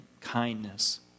kindness